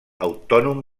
autònom